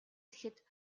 ирэхэд